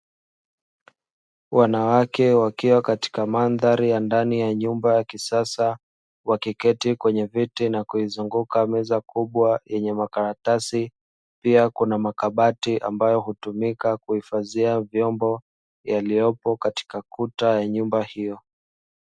Wanawake wakiwa katika mandhari ya ndani ya nyumba ya kisasa, wakikete kwenye vete na kuizunguka meza kubwa yenye makaratasi, pia kuna makabati ambayo hutumika kuhifadhia vyombo yaliyopo katika kuta ya nyumba hiyo.